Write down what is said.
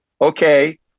Okay